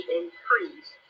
increase